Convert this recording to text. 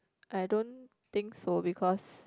I don't think so because